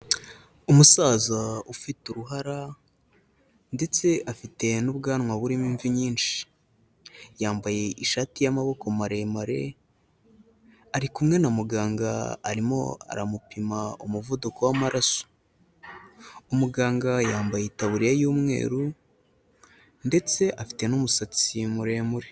Umusaza ufite uruhara, ndetse afite n'ubwanwa burimo imvi nyinshi, yambaye ishati y'amaboko maremare, ari kumwe na muganga arimo aramupima umuvuduko w'amaraso, umuganga yambaye itaburiya y'umweru, ndetse afite n'umusatsi muremure.